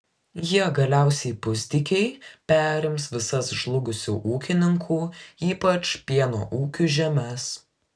jie galiausiai pusdykiai perims visas žlugusių ūkininkų ypač pieno ūkių žemes